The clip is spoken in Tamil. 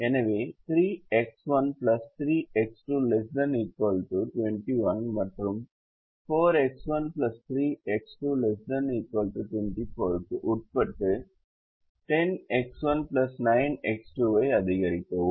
எனவே 3X1 3X2 ≤ 21 மற்றும் 4X1 3X2 ≤ 24 க்கு உட்பட்டு 10X1 9X2 ஐ அதிகரிக்கவும்